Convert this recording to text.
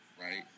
right